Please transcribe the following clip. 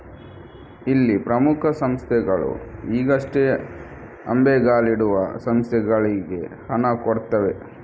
ಇಲ್ಲಿ ಪ್ರಮುಖ ಸಂಸ್ಥೆಗಳು ಈಗಷ್ಟೇ ಅಂಬೆಗಾಲಿಡುವ ಸಂಸ್ಥೆಗಳಿಗೆ ಹಣ ಕೊಡ್ತವೆ